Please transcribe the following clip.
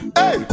hey